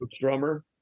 drummer